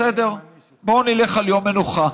בסדר, בואו נלך על יום מנוחה.